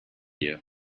you